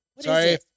Sorry